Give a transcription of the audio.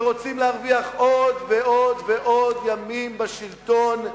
שרוצים להרוויח עוד ועוד ימים בשלטון,